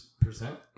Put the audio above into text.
percent